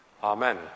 Amen